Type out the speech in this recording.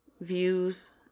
views